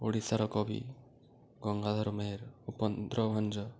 ଓଡ଼ିଶାର କବି ଗଙ୍ଗାଧର ମେହେର ଉପନ୍ଦ୍ରଭଞ୍ଜ